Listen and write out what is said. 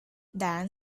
then